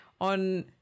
on